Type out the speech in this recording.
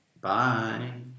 bye